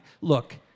Look